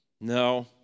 no